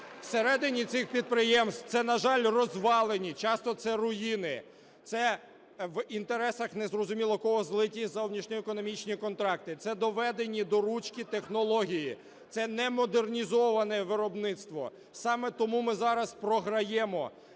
всередині цих підприємств, це, на жаль, розвалені, часто це руїни, це в інтересах незрозуміло кого злиті зовнішньоекономічні контракти, це доведені до "ручки" технології, це не модернізоване виробництво. Саме тому ми зараз програємо